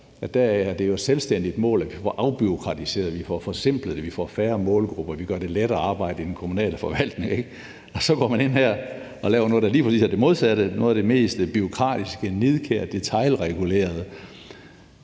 Det er et selvstændigt mål, at vi får afbureaukratiseret, at vi får forsimplet det, at vi får færre målgrupper, og at vi gør det lettere at arbejde i den kommunale forvaltning, og så går man ind her og laver noget, der er lige præcis det modsatte, noget af det mest bureaukratiske, nidkære og detailregulerede.